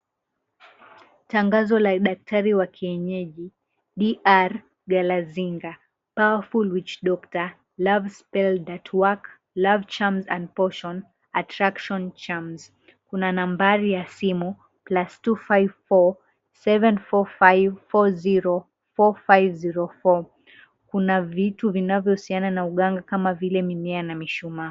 Tangazo la daktari wa kienyeji, Dr. Galasinga, "Powerful witch doctor, love spell that work love charms and portion attraction charms." Kuna nambari ya simu plus 254 7454045 04. Kuna vitu vinavyohusiana na uganga kama vile mimea na mishumaa.